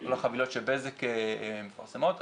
כל החבילות שבזק מפרסמת.